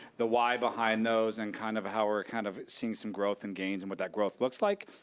the why behind those and kind of how we're kind of seeing some growth and gains and what that growth looks like,